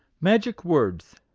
magic words!